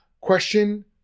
question